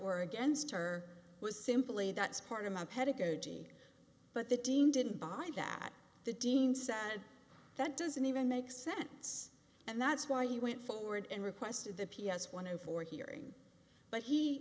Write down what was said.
were against her was simply that's part of my pedagogy but the dean didn't buy that the dean said that doesn't even make sense and that's why he went forward and requested the p s one for hearing but he